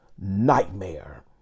nightmare